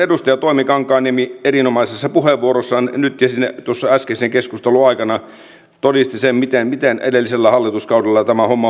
edustaja toimi kankaanniemi erinomaisessa puheenvuorossaan tuossa äskeisen keskustelun aikana todisti sen miten edellisellä hallituskaudella tämä homma hoidettiin